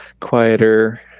quieter